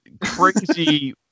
crazy